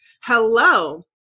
hello